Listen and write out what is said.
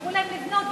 ויאפשרו להם לבנות,